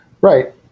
Right